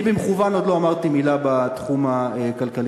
אני במכוון עוד לא אמרתי מילה בתחום הכלכלי-חברתי,